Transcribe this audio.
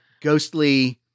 ghostly